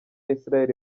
israel